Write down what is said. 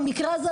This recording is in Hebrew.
במקרה הזה,